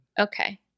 okay